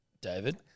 David